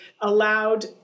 allowed